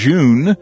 June